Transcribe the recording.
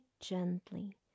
gently